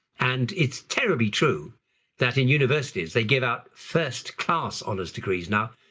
and it's terribly true that in universities they give out first-class honours degrees now,